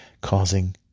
causing